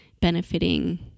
benefiting